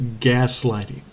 gaslighting